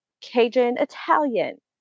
Cajun-Italian